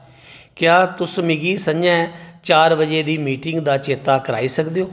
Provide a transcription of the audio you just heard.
क्या तुस मिगी संञा चार बजे दी मीटिंग दा चेत्ता कराई सकदे ओ